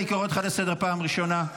אני קורא אותך לסדר פעם ראשונה.